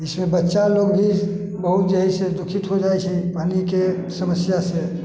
इसमे बच्चा लोक भी बहुत जे है दुखित हो जाइ छै पानी के समस्या से